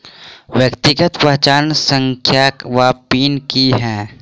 व्यक्तिगत पहचान संख्या वा पिन की है?